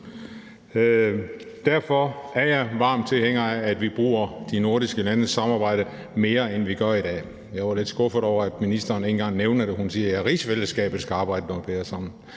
Derfor er jeg varm tilhænger af, at vi bruger de nordiske landes samarbejde mere, end vi gør i dag. Jeg var lidt skuffet over, at ministeren ikke engang nævnte det, men at hun bare sagde, at rigsfællesskabet skal arbejde noget bedre sammen.